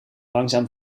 langzaam